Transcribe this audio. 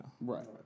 Right